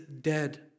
dead